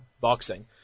boxing